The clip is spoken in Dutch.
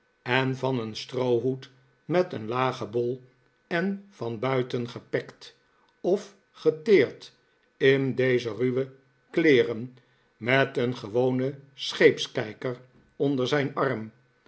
en van een stroohoed met een lagen bol en van buiten gepekt of geteerd in deze ruwe kleeren met een gewonen scheepskijker onder zijn arm